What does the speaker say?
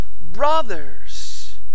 brothers